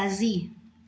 राज़ी